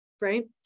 right